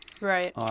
Right